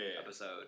episode